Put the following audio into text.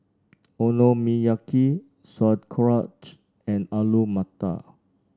Okonomiyaki Sauerkraut and Alu Matar